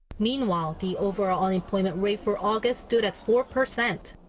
meanwhile the overall unemployment rate for august stood at four-percent,